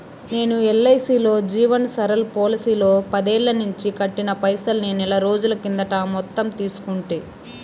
నేను ఎల్ఐసీలో జీవన్ సరల్ పోలసీలో పదేల్లనించి కట్టిన పైసల్ని నెలరోజుల కిందట మొత్తం తీసేసుకుంటి